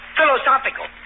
Philosophical